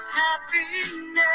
happiness